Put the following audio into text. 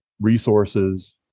resources